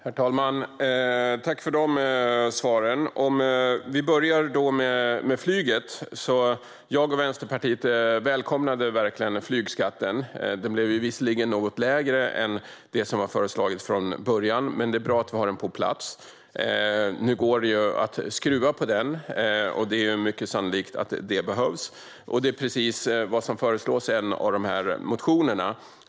Herr talman! Jag tackar för de svaren. Om vi börjar med flyget välkomnade jag och Vänsterpartiet verkligen flygskatten. Den blev visserligen något lägre än vad som föreslagits från början, men det är bra att vi har den på plats. Nu går det ju att skruva på den. Det är mycket sannolikt att det kommer att behövas. Och det är precis vad som föreslås i en av de här motionerna.